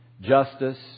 justice